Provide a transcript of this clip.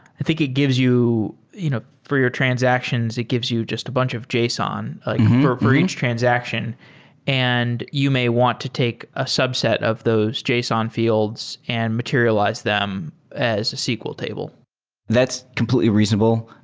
i think it gives you you know for your transactions, it gives you just a bunch of json ah like for each transaction and you may want to take a subset of those json fi elds and materialize them as a sql table that's completely reasonable.